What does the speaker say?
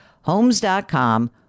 Homes.com